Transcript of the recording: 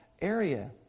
area